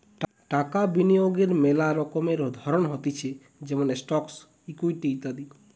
টাকা বিনিয়োগের মেলা রকমের ধরণ হতিছে যেমন স্টকস, ইকুইটি ইত্যাদি